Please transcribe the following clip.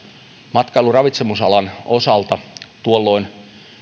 matkailu ja ravitsemusalan osalta tuolloin